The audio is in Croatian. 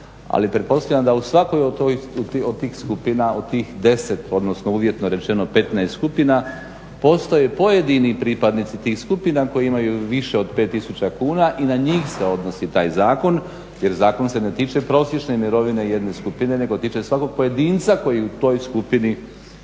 Ali pretpostavljam da u svakoj od tih skupina, od tih 10, odnosno uvjetno rečeno 15 skupina, postoje pojedini pripadnici tih skupina koji imaju više od 5000 kuna i na njih se odnosi taj zakon jer zakon se ne tiče prosječne mirovine jedne skupine nego tiče se svakog pojedinca koji toj skupini pripada.